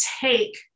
take